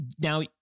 now